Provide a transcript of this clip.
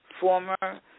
former